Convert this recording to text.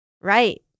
Right